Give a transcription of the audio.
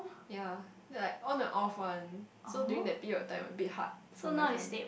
ya they like on and off one so during that period of time a bit hard for my family